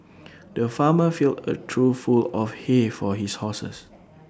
the farmer filled A through full of hay for his horses